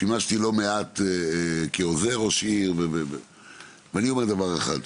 שימשתי לא מעט כעוזר ראש עיר, ואני אומר דבר אחד: